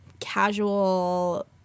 casual